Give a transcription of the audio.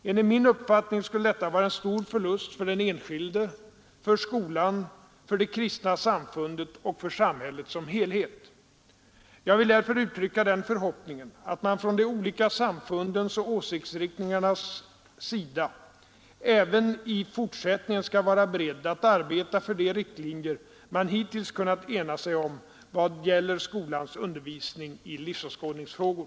Enligt min uppfattning skulle detta vara en stor förlust för den enskilde, för skolan, för de kristna samfunden och för samhället som helhet. Jag vill därför uttrycka den förhoppningen att man från de olika samfundens och åsiktsinriktningarnas sida även i fortsättningen skall vara beredd att arbeta för de riktlinjer man hittills kunnat ena sig om i vad gäller skolans undervisning i livsåskådningsfrågor.